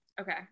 okay